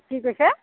কি কৈছে